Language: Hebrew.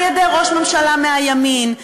על-ידי ראש ממשלה מהימין,